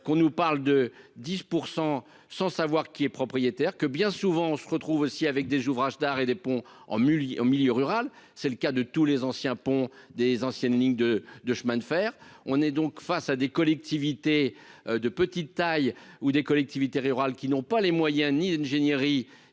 qu'on nous parle de 10 pour sans savoir qui est propriétaire que bien souvent on se retrouve aussi avec des ouvrages d'art et des ponts en Mulliez au milieu rural, c'est le cas de tous les anciens ponts des anciennes lignes de de chemin de fer, on est donc face à des collectivités de petite taille ou des collectivités rurales qui n'ont pas les moyens, ni d'ingénierie,